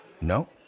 No